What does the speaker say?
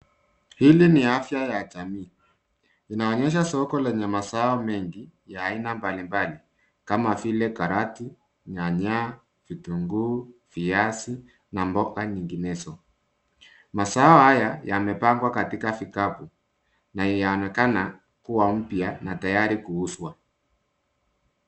Hili ni afya ya jamii. Inaonyesha soko lenye mazao mengi ya aina mbalimbali kama vile karati, nyanya, vitunguu, viazi na mboga nyinginezo. Mazao haya yamepangwa katika vikapu na yanaonekana kuwa mpya na tayari kuuzwa.